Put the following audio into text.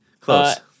Close